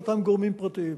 זה אותם גורמים פרטיים.